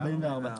כן.